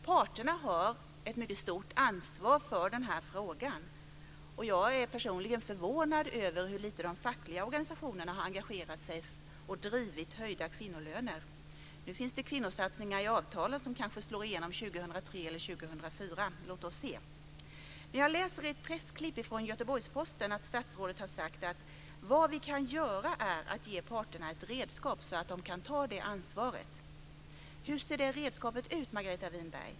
Parterna har ett mycket stort ansvar för den här frågan. Jag är personligen förvånad över hur lite de fackliga organisationerna har engagerat sig och drivit höjda kvinnolöner. Nu finns det kvinnosatsningar i avtalen som kanske slår igenom 2003 eller 2004. Låt oss se. Jag läste i ett pressklipp från Göteborgsposten att statsrådet har sagt att det vi kan göra är att ge parterna ett redskap så att de kan ta det ansvaret. Hur ser det redskapet ut, Margareta Winberg?